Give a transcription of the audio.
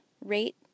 rate